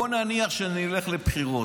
בואו נניח שנלך לבחירות.